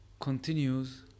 continues